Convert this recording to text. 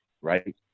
right